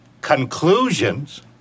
conclusions